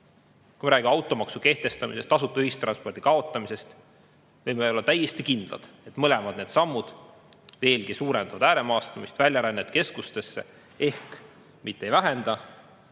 Kui me räägime automaksu kehtestamisest, tasuta ühistranspordi kaotamisest, siis võime olla täiesti kindlad, et need mõlemad sammud veelgi suurendavad ääremaastumist, väljarännet keskustesse. Need mitte ei vähenda,